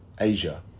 Asia